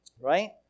Right